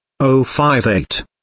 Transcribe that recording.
058